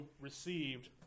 received